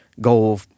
goal